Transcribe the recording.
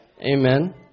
Amen